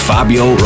Fabio